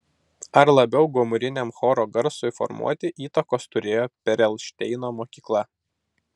ar labiau gomuriniam choro garsui formuoti įtakos turėjo perelšteino mokykla